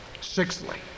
Sixthly